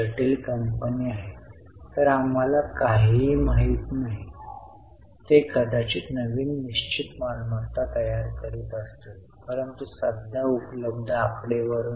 म्हणून जर आपल्याला कंपनीची निरोगी वाढ हवी असेल तर कंपनीला नवीन उपकरणे नवीन सॉफ्टवेअर नवीन तंत्रज्ञान किंवा कमीतकमी नवीन गुंतवणूकीसाठी सतत गुंतवणूक करावी लागेल